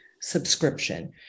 subscription